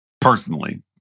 Personally